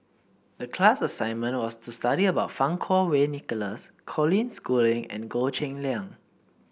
the class assignment was to study about Fang Kuo Wei Nicholas Colin Schooling and Goh Cheng Liang